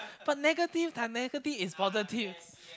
but negative times negative is positive